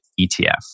ETF